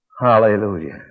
Hallelujah